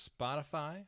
Spotify